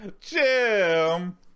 Jim